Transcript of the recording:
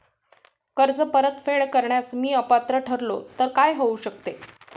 कर्ज परतफेड करण्यास मी अपात्र ठरलो तर काय होऊ शकते?